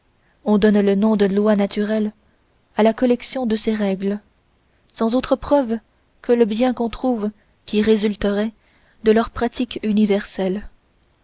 on donne le nom de loi naturelle à la collection de ces règles sans autre preuve que le bien qu'on trouve qui résulterait de leur pratique universelle